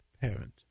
parent